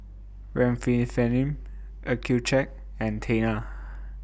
Remifemin Accucheck and Tena